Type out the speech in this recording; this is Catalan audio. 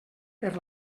per